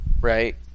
Right